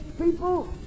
people